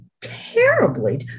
terribly